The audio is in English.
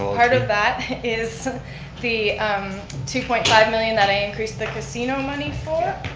part of that is the two point five million that i increased the casino money for.